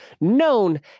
known